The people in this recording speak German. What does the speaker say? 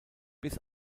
bis